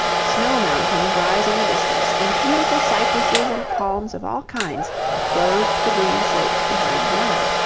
snow mountains rise in the distance, and beautiful cypresses and palms of all kinds clothe the green slopes behind the lamb.